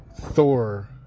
Thor